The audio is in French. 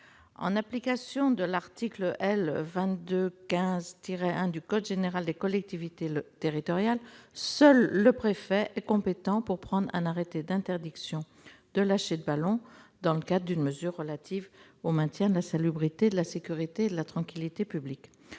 En application de l'article L. 2215-1 du code général des collectivités territoriales, seul le préfet est compétent pour prendre un arrêté d'interdiction de lâcher de ballons, dans le cadre d'une mesure relative au maintien de la salubrité, de la sûreté et de la tranquillité publiques.